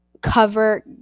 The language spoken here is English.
cover